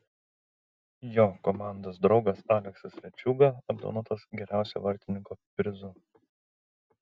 jo komandos draugas aleksas rečiūga apdovanotas geriausio vartininko prizu